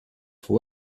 for